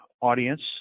audience